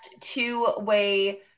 two-way